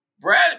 Brad